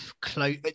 close